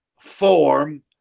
form